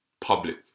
public